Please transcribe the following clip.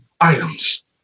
items